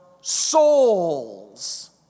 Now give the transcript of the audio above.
souls